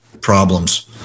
problems